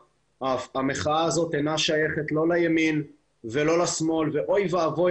שהמחאה הזאת אינה שייכת לא לימין ולא לשמאל ואוי ואבוי